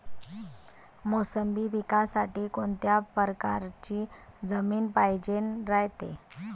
मोसंबी पिकासाठी कोनत्या परकारची जमीन पायजेन रायते?